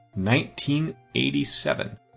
1987